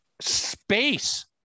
Space